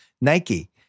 Nike